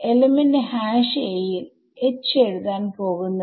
element a യിൽ H എഴുതാൻ പോകുന്നത്